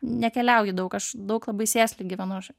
nekeliauju daug aš daug labai sėsliai gyvenu aš